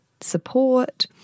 support